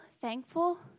thankful